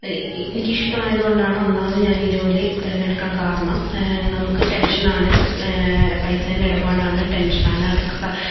എനിക്കിഷ്ടമായതുകൊണ്ടാണ് ഒന്നാമത് ഞാനീ ജോലി തിരഞ്ഞെടുക്കാൻ കാരണം നമുക്ക് ടെൻഷനാണ് പൈസേന്റെ ഇടപാടാണ് ടെൻഷനാണ് അതൊക്കെ